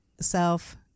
self